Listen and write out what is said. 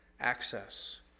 access